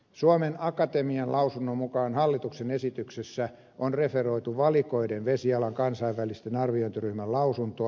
suomen akatemian lausunnon mukaan hallituksen esityksessä on referoitu valikoiden vesialan kansainvälisen arviointityöryhmän lausuntoa